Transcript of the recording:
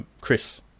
Chris